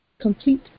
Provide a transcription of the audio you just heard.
complete